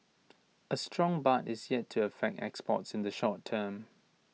A strong baht is yet to affect exports in the short term